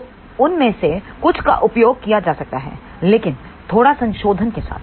तो उनमें से कुछ का उपयोग किया जा सकता है लेकिन थोड़ा संशोधन के साथ